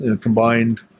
combined